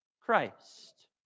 Christ